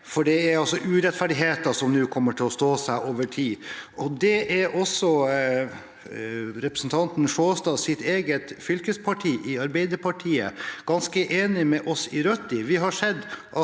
Dette er urettferdigheter som kommer til å stå seg over tid. Det er også representanten Sjåstads eget fylkeslag i Arbeiderpartiet ganske enig med oss i Rødt i.